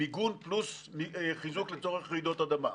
מיגון פלוס חיזוק לצורך רעידות אדמה.